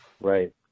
Right